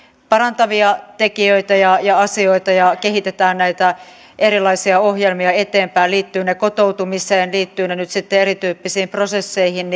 parantavia tekijöitä ja ja asioita ja kehitetään näitä erilaisia ohjelmia eteenpäin liittyvätpä ne kotoutumiseen liittyvätpä ne erityyppisiin prosesseihin